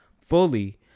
fully